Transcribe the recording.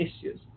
issues